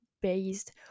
based